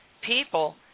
people